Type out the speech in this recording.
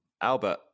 Albert